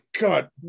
God